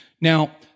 Now